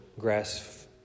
grass